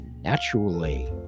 naturally